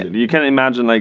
you can imagine, like